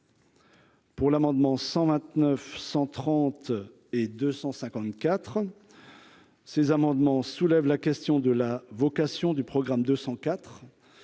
Pour l'amendement 129 130 et 254 ces amendements soulèvent la question de la vocation du programme 200